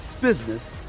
business